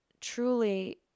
truly